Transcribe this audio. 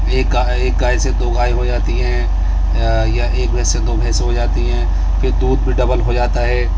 ایک گائے ایک گائے سے دو گائے ہو جاتی ہیں یا ایک بھینس سے دو بھینس ہو جاتی ہیں پھر دودھ بھی ڈبل ہو جاتا ہے